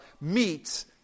meet